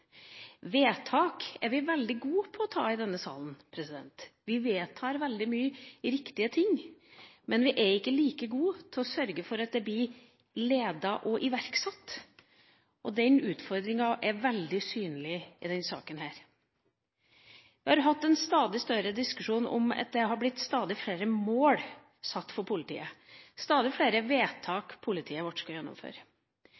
Vedtak er vi veldig gode på å fatte i denne salen. Vi vedtar veldig mange riktige ting, men vi er ikke like gode til å sørge for at det blir ledet og iverksatt. Den utfordringen er veldig synlig i denne saken. Vi har hatt en stadig større diskusjon om at det har blitt satt stadig flere mål for politiet, stadig flere